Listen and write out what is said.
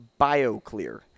BioClear